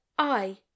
I